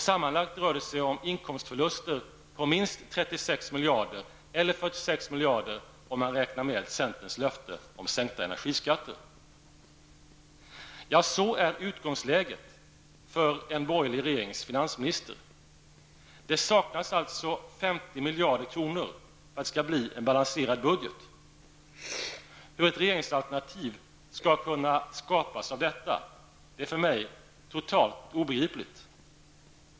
Sammanlagt rör det sig om inkomstförluster på minst 36 miljarder, eller 46 miljarder om man räknar med centerns löfte om sänkta energiskatter. Så är utgångsläget för en borgerlig regerings finansminister. Det saknas således 50 miljarder kronor för att det skall bli en balanserad budget. Hur ett regeringsalternativ skall kunna skapas av detta är för mig totalt obegripligt.